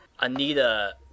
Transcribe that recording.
Anita